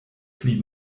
pli